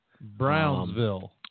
Brownsville